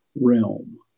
realm